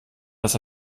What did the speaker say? dass